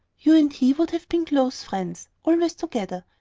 you and he would have been close friends always together,